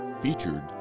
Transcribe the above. featured